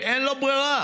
שאין לו ברירה,